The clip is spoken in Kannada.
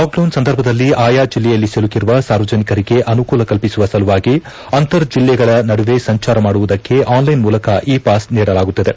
ಲಾಕ್ಡೌನ್ ಸಂದರ್ಭದಲ್ಲಿ ಆಯಾ ಜಿಲ್ಲೆಯಲ್ಲಿ ಸಿಲುಕಿರುವ ಸಾರ್ವಜನಿಕರಿಗೆಆನುಕೂಲ ಕಲ್ಲಿಸುವ ಸಲುವಾಗಿ ಅಂತರ್ ಜಿಲ್ಲೆಗಳ ನಡುವೆ ಸಂಚಾರ ಮಾಡುವುದಕ್ಷಾಗಿ ಆನ್ಲೈನ್ ಮೂಲಕ ಇ ಪಾಸ್ ನೀಡಲಾಗುತ್ತಿದೆ